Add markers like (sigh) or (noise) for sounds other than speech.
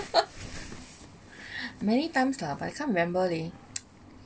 (laughs) many times lah but I can't remember leh